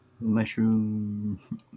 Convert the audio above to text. Mushroom